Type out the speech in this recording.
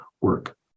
work